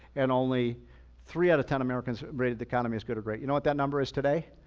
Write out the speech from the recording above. and only three out of ten americans rated the economy as good a great. you know what that number is today?